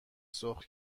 سرخ